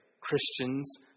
Christians